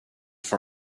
for